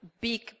big